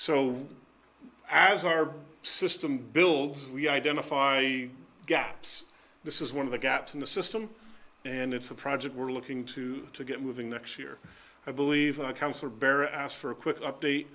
so as our system builds we identify gaps this is one of the gaps in the system and it's a project we're looking to to get moving next year i believe councillor bear asked for a quick update